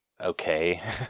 okay